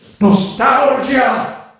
Nostalgia